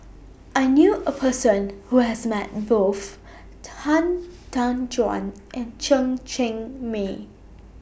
I knew A Person Who has Met Both Han Tan Juan and Chen Cheng Mei